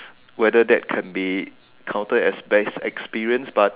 whether that can be counted as best experience but